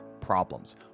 problems